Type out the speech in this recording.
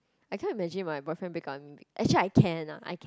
I cannot imagine my boyfriend break up with me actually I can ah I can